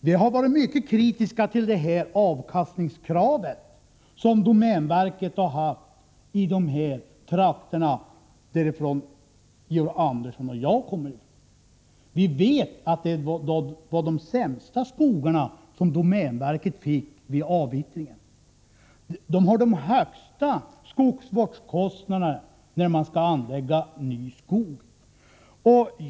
Vi har varit mycket kritiska till de avkastningskrav som domänverket har haft i de trakter som Georg Andersson och jag kommer ifrån. Vi vet att det var de sämsta skogarna domänverket fick vid avyttringen. De ger de högsta skogsvårdskostnaderna när man skall anlägga ny skog.